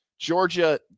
Georgia